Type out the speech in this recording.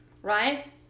Right